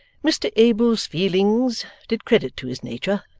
mr abel's feelings did credit to his nature,